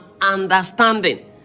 understanding